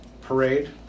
parade